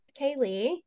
Kaylee